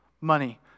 Money